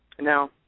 Now